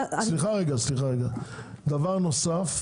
--- דבר נוסף,